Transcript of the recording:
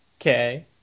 Okay